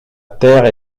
terre